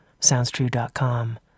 SoundsTrue.com